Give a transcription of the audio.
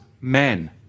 men